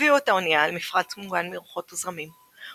הביאו את האונייה אל מפרץ מוגן מרוחות וזרמים,